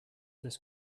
this